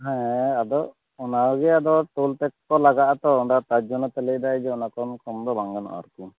ᱦᱮᱸ ᱟᱫᱚ ᱚᱱᱟᱜᱮ ᱟᱫᱚ ᱴᱳᱞ ᱴᱮᱠᱥ ᱠᱚ ᱞᱟᱜᱟᱜ ᱟᱛᱳ ᱛᱟᱨ ᱡᱚᱱᱱᱭᱛᱮ ᱞᱟᱹᱭᱮᱫᱟ ᱚᱱᱟ ᱠᱷᱚᱱ ᱠᱚᱢ ᱫᱚ ᱵᱟᱝ ᱜᱟᱱᱚᱜᱼᱟ ᱟᱨᱠᱤ